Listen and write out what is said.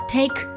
Take